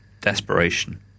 desperation